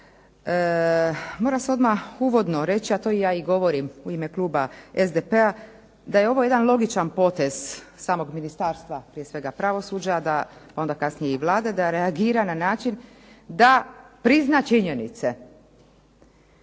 mora se odmah uvodno reći, a to ja i govorim u ime kluba SDP-a, da je ovo jedan logičan potez samog Ministarstva prije svega pravosuđa, a onda kasnije i Vlade da reagira na način da prizna činjenice,